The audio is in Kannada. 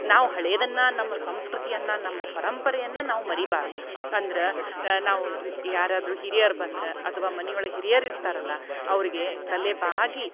ನಾವು ಹಳೇಯದನ್ನ ನಮ್ಮ ಸಂಸ್ಕೃತಿಯನ್ನ ನಮ್ಮ ಪರಂಪರೆಯನ್ನ ನಾವು ಮರಿಬಾರ್ದು ಅಂದ್ರ ನಾವು ಯಾರಾದರು ಹಿರಿಯರು ಬಂದ್ರ ಅಥವ ಮನಿಯೊಳಗ ಹಿರಿಯರು ಇರ್ತಾರಲ್ಲ ಅವ್ರ್ಗೆ ತಲೆ ಬಾಗಿ